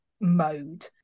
mode